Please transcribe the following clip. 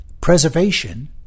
Preservation